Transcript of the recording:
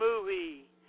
movie